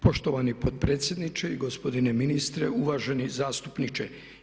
Poštovani potpredsjedniče i gospodine ministre, uvaženi zastupniče.